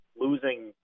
losing